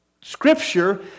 Scripture